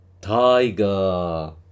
tiger